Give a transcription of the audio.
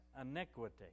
iniquity